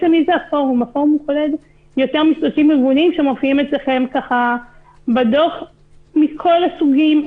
הפורום כולל יותר מ-30 ארגונים שמופיעים אצלכם בדוח מכל הסוגים,